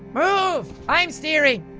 ah move! i'm steering!